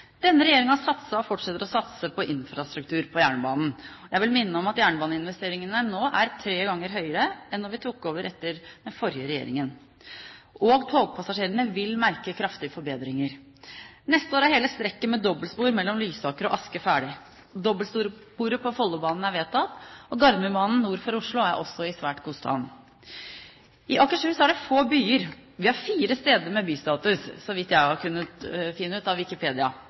Denne regjeringen har satset og fortsetter å satse på infrastruktur på jernbanen. Jeg vil minne om at jernbaneinvesteringene nå er tre ganger høyere enn da vi tok over etter den forrige regjeringen. Togpassasjerene vil merke kraftige forbedringer. Neste år er hele strekket med dobbeltspor mellom Lysaker og Asker ferdig. Dobbeltsporet på Follobanen er vedtatt, og Gardermobanen nord for Oslo er også i svært god stand. I Akershus er det få byer. Vi har fire steder med bystatus så vidt jeg har kunnet finne ut av Wikipedia: